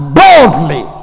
boldly